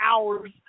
hours